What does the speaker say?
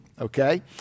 Okay